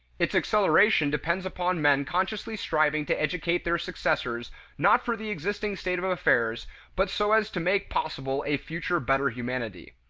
its acceleration depends upon men consciously striving to educate their successors not for the existing state of affairs but so as to make possible a future better humanity.